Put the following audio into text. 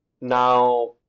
now